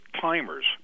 timers